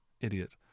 idiot